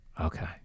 Okay